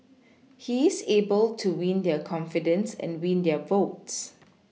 he is able to win their confidence and win their votes